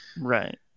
Right